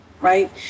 right